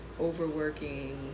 overworking